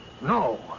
no